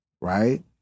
right